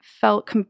felt